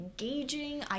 engaging